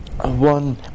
One